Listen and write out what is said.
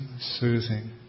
soothing